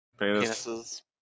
penises